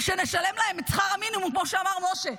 שנשלם להם את שכר המינימום, כמו שאמר משה.